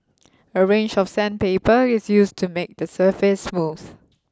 a range of sandpaper is used to make the surface smooth